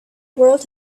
world